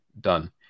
done